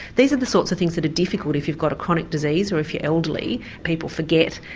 these are the sorts of things that are difficult if you've got a chronic disease or if you're elderly people forget,